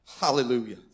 Hallelujah